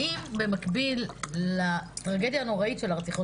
האם במקביל לטרגדיה הנוראית של הרציחות